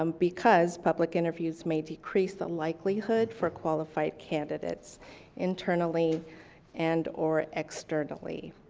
um because public interviews may decrease the likelihood for qualified candidates internally and or externally.